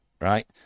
right